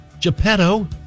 Geppetto